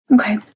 Okay